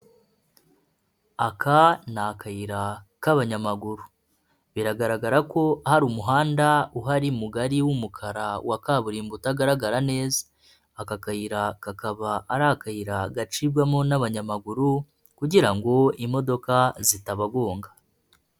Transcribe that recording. Aka ni akayira k'abanyamaguru, biragaragara ko hari umuhanda uhari mugari w'umukara wa kaburimbo utagaragara neza, aka kayira kakaba ari akayira gacibwamo n'abanyamaguru kugira ngo imodoka zitabagonga.